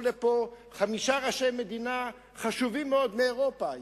הנה חמישה ראשי מדינות חשובים מאוד מאירופה,